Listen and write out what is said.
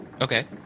Okay